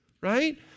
right